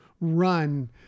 run